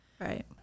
Right